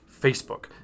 facebook